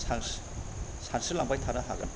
सानस्रि सानस्रि लांबाय थानो हागोन